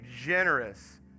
generous